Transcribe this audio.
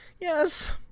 Yes